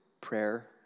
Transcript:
prayer